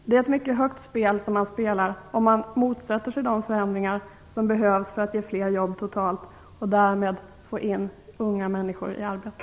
Det är ett mycket högt spel som man spelar om man motsätter sig de förändringar som behövs för att ge fler jobb totalt och därmed för att få in unga människor i arbete.